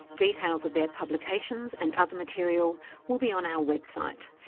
details of their publications and other material will be on our website.